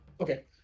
Okay